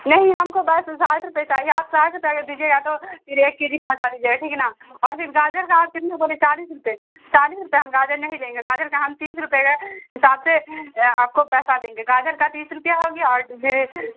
نہیں ہم کو بس ساٹھ روپے چاہیے آپ ساٹھ روپے دیجیے یا تو پھر ایک کے جی پہنچا دیجیے گا ٹھیک ہے نا اور پھر گاجر کا آپ کتنے بولے چالیس روپے چالیس روپے ہم گاجر نہیں لیں گے گاجر کا ہم تیس روپے کے حساب سے آپ کو پیسہ دیں گاجر کا بھی تیس روپیہ ہو گیا اور پھر